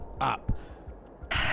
up